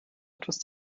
etwas